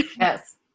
Yes